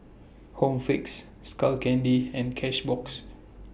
Home Fix Skull Candy and Cashbox